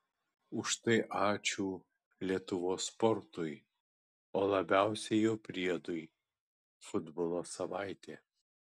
už tai ačiū lietuvos sportui o labiausiai jo priedui futbolo savaitė